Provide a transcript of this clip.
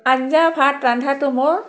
আঞ্জা ভাত ৰান্ধাটো মোৰ